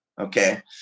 okay